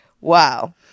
wow